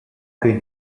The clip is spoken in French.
que